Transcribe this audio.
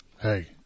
hey